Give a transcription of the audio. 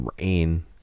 rain